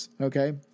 Okay